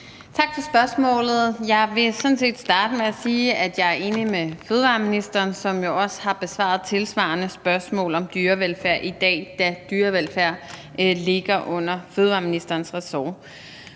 Tak for spørgsmålet. Jeg vil sådan set starte med at sige, at jeg er enig med fødevareministeren, som jo også har besvaret tilsvarende spørgsmål om dyrevelfærd i dag, da dyrevelfærd ligger under fødevareministerens ressort.